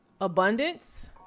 Abundance